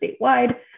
statewide